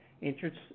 Interest